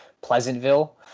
Pleasantville